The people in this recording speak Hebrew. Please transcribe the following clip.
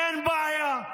אין בעיה,